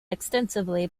extensively